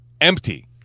empty